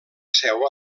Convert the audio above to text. seu